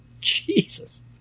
Jesus